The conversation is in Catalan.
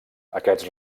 aquests